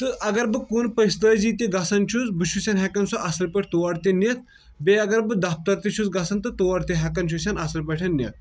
تہٕ اگر بہٕ کُن پژھلٲزِی تہِ گژھان چھُس بہٕ چھُسَن ہیٚکان سُہ اصٕل پاٹھۍ تور تہِ نتھ بیٚیہِ اگر بہٕ دفتر تہِ چھُس گژھان تور تہِ ہیٚکان چھُسن اصٕل پاٹھۍ نِتھ